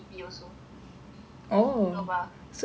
shova shova is in business